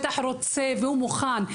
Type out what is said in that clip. רוצה ומוכן.